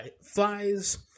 flies